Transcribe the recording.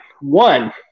one